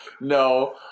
No